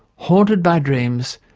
haunted by dreams,